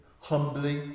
Humbly